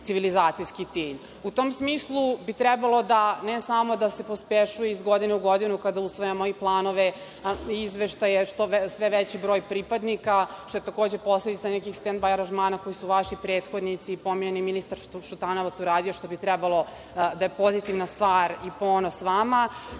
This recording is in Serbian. civilizacijski cilj.U tom smislu bi trebalo, ne samo da se pospešuje iz godine u godinu kada usvajamo i planove i izveštaje, što je sve veći broj pripadnika, što je takođe posledica nekih stendbaj aranžmana koji su vaši prethodnici, pomenuti ministar Šutanovac uradio, što bi trebalo da je pozitivna stvar i ponos vama,